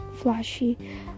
flashy